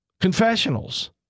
confessionals